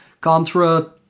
Contra